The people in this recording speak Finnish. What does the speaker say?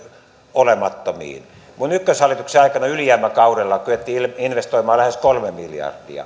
olemattomiin minun ykköshallitukseni aikana ylijäämäkaudella kyettiin investoimaan lähes kolme miljardia